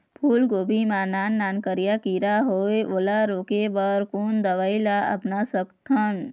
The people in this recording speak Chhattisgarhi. फूलगोभी मा नान नान करिया किरा होयेल ओला रोके बर कोन दवई ला अपना सकथन?